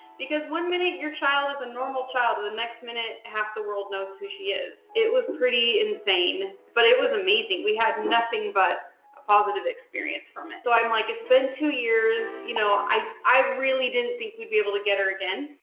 because one minute, your child is a normal child, and the next minute, half the world knows who she is. it was pretty insane. but it was amazing. we had nothing but a positive experience from it. it. so i'm like, it's been two years, you know, i really didn't think we'd be able to get her again.